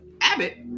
Abbott